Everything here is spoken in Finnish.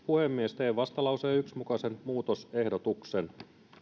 puhemies teen vastalauseen yhden mukaisen muutosehdotuksen